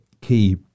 key